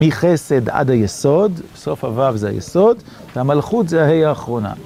מחסד עד היסוד, סוף ה״וו״ זה היסוד והמלכות זה ה״הא״ האחרונה.